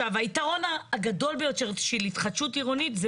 היתרון הגדול ביותר של התחדשות עירונית זה